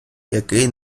який